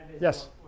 Yes